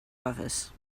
office